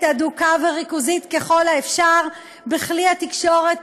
הדוקה וריכוזית ככל האפשר בכל כלי התקשורת